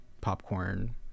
popcorn